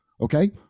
Okay